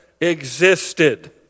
existed